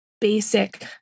basic